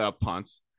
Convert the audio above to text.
punts